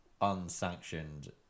unsanctioned